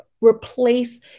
replace